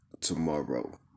tomorrow